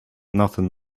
nothing